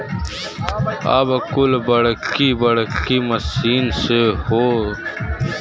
अब कुल बड़की बड़की मसीन से होत हौ